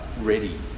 ready